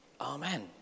Amen